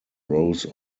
rows